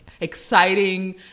exciting